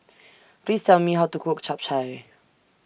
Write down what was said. Please Tell Me How to Cook Chap Chai